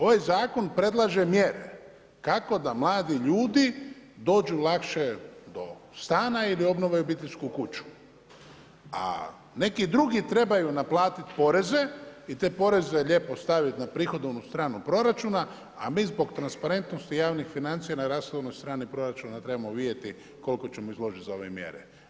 Ovaj zakon predlaže mjere kako da mladi ljudi dođu lakše do stana ili obnove obiteljsku kuću a neki drugi trebaju naplatiti poreze i te poreze lijepo staviti na prihodovnu stranu proračuna a mi zbog transparentnosti javnih financija na rashodovnoj strani proračuna trebamo vidjeti koliko ćemo izdvojiti za ove mjere.